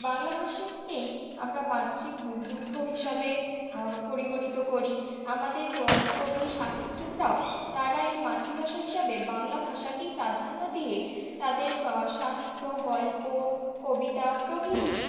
বাংলা ভাষাকেই আমরা মাতৃদুগ্ধ হিসাবে পরিগণিত করি আমাদের কবি সাহিত্যিকরাও তারা এই মাতৃভাষা হিসাবে বাংলা ভাষাকেই প্রাধান্য দিয়ে তাদের সাহিত্য গল্প কবিতা প্রভৃতি